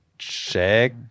check